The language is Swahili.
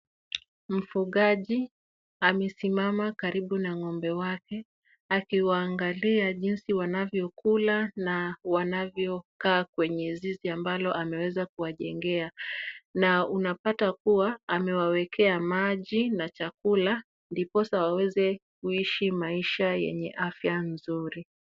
Mfugaji amesimama karibu na ng'ombe wake, akiwaangalia jinsi wanavyokula na wanavyokaa kwenye zizi ambalo ameweza kuwajengea na unapata kuwa amewawekea maji na chakula, ndiposa waweze kuishi maisha yenye afya zuri.